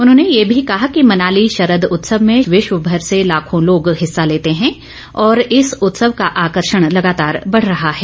उन्होंने ये भी कहा कि मनाली शरद उत्सव में विश्व भर से लाखों लोग हिसा लेते हैं और इस उत्सव का आकर्षण लगातार बढ़ रहा है